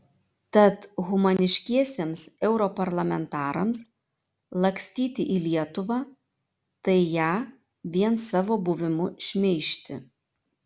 tad humaniškiesiems europarlamentarams lakstyti į lietuvą tai ją vien savo buvimu šmeižti